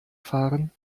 fahren